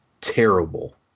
terrible